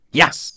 Yes